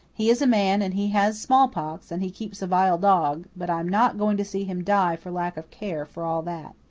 he is a man, and he has smallpox, and he keeps a vile dog but i am not going to see him die for lack of care for all that.